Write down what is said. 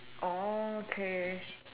oh okay